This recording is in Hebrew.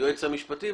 ליועץ המשפטי.